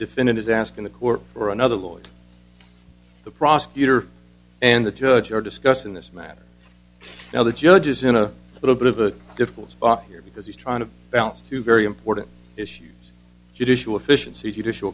defendant is asking the court for another lawyer the prosecutor and the judge are discussing this matter now the judge is in a little bit of a difficult spot here because he's trying to balance two very important issues judicial efficiency judicial